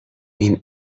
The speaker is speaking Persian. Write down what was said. این